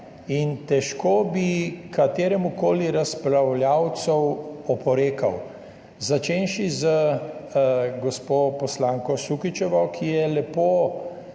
Težko bi kateremukoli razpravljavcu oporekal, začenši z gospo poslanko Sukičevo, ki je lepo